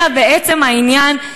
אלא בעצם העניין,